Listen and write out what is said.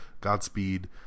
Godspeed